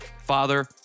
father